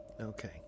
Okay